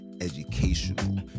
educational